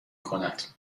کند